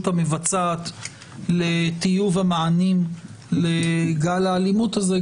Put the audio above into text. המבצעת לטיוב המענים לגל האלימות הזה,